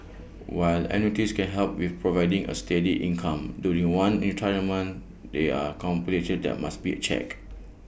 while annuities can help with providing A steady income during one's retirement there are that must be checked